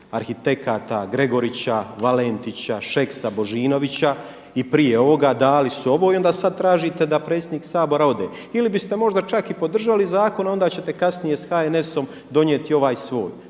arhitekata Gregorića, Valentića, Šeksa, Božinovića i prije ovoga, dali su ovo i onda sada tražite da predsjednik Sabora ode ili biste možda čak i podržali zakon onda ćete kasnije sa HNS-om donijeti ovaj svoj.